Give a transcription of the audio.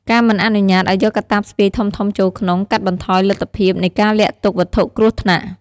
ការមិនអនុញ្ញាតឱ្យយកកាតាបស្ពាយធំៗចូលក្នុង កាត់បន្ថយលទ្ធភាពនៃការលាក់ទុកវត្ថុគ្រោះថ្នាក់។